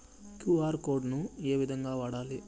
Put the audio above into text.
QR code ను ఏ విధంగా వాడాలి?